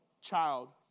child